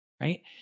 right